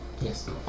Yes